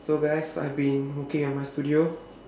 so guys I've been working at my studio